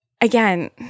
again